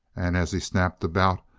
and as he snapped about,